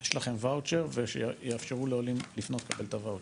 יש לכם ואוצ'ר ויאפשרו לעולים לפנות לקבל את הואוצ'רים.